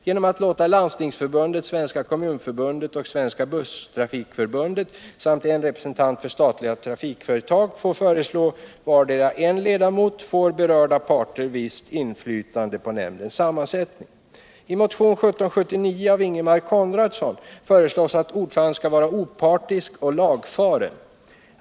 Genom att låta Landstingsförbundet, Svenska kommunförbundet, Svenska busstrafikförbundet och statliga trafikföretag få föreslå vardera en ledamot får berörda parter visst inflytande på nämndens sammansättning. I motionen 1779 av Ingemar Konradsson föreslås att ordtöranden skall vara opartisk och lagfaren.